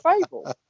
Fable